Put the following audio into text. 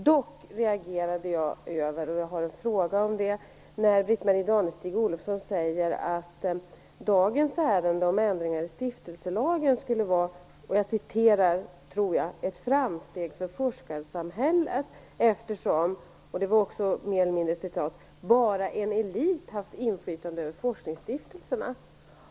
Dock reagerade jag över och vill ställa en fråga om det som Britt-Marie Danestig-Olofsson sade, nämligen att dagens ärende om ändringar i stiftelselagen skulle vara ett framsteg för forskarsamhället, eftersom bara en elit har haft inflytande över forskningsstiftelserna.